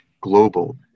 global